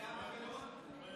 זהבה גלאון?